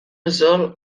resol